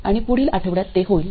आणि पुढील आठवड्यात ते होईल